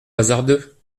hasardeux